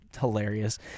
hilarious